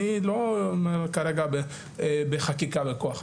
אני לא כרגע בחקיקה בכוח,